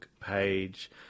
page